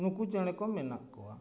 ᱱᱩᱠᱩ ᱪᱮᱬᱮ ᱠᱚ ᱢᱮᱱᱟᱜ ᱠᱚᱣᱟ